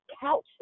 couch